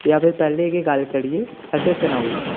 जां फ्ही पैह्लें गै गल्ल करियै असेंगी सनाई ओड़ो